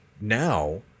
now